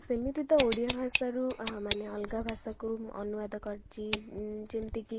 ସେମିତି ତ ଓଡ଼ିଆ ଭାଷାରୁ ମାନେ ଅଲଗା ଭାଷାକୁ ଅନୁବାଦ କରିଛି ଯେମିତି କି